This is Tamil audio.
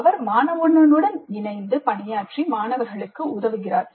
அவர் மாணவனுடன் இணைந்து பணியாற்றி மாணவருக்கு உதவுகிறார்